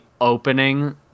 opening